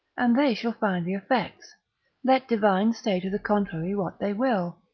and they shall find the effects let divines say to the contrary what they will.